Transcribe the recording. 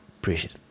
appreciate